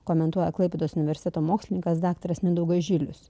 komentuoja klaipėdos universiteto mokslininkas daktaras mindaugas žylius